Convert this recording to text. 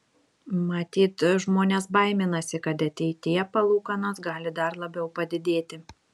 matyt žmonės baiminasi kad ateityje palūkanos gali dar labiau padidėti